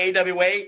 AWA